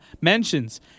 mentions